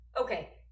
okay